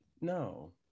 No